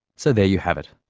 so there you have it.